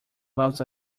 loves